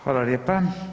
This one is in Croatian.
Hvala lijepa.